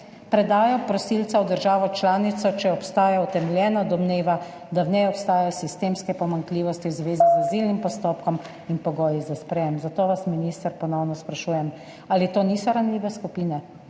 predajo prosilca v državo članico, če obstaja utemeljena domneva, da v njej obstajajo sistemske pomanjkljivosti v zvezi z azilnim postopkom in pogoji za sprejem. Zato vas, minister, ponovno sprašujem: Ali to niso ranljive skupine?